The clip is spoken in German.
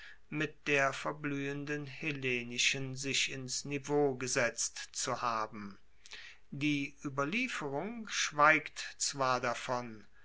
mit der verbluehenden hellenischen sich ins niveau gesetzt zu haben die ueberlieferung schweigt zwar davon